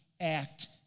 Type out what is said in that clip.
act